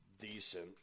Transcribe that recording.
decent